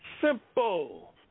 Simple